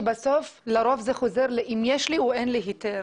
שבסוף לרוב זה חוזר לשאלה אם יש לי או אין לי היתר.